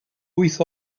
wyth